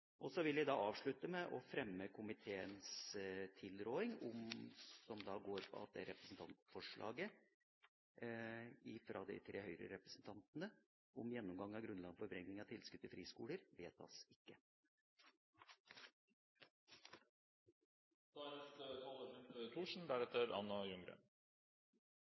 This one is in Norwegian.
Så vil jeg avslutte med å anbefale komiteens tilråding som går på at representantforslaget fra de tre Høyre-representantene om gjennomgang av grunnlaget for beregning av tilskudd til friskoler, ikke vedtas. Bakgrunnen for at Fremskrittspartiet støtter dette forslaget, er